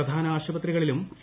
പ്രധാന ആശുപത്രികളിലും സി